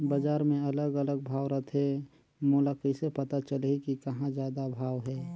बजार मे अलग अलग भाव रथे, मोला कइसे पता चलही कि कहां जादा भाव हे?